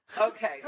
okay